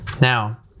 Now